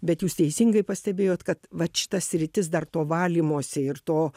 bet jūs teisingai pastebėjot kad vat šita sritis dar to valymosi ir to